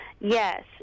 Yes